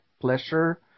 pleasure